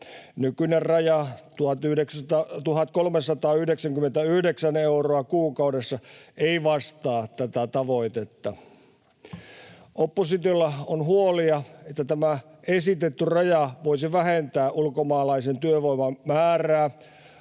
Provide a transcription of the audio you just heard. Nykyinen raja, 1 399 euroa kuukaudessa, ei vastaa tätä tavoitetta. Oppositiolla on huolia, että tämä esitetty raja voisi vähentää ulkomaalaisen työvoiman määrää